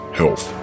health